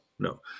No